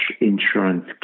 insurance